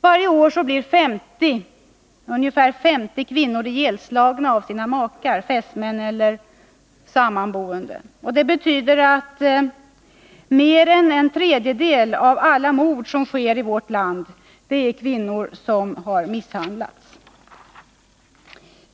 Varje år blir ungefär 50 kvinnor ihjälslagna av sina makar, fästmän eller sammanboende. Det betyder att mer än en tredjedel av alla mördade i vårt land är kvinnor som misshandlats.